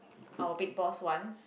our big boss wants